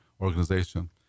organization